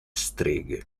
streghe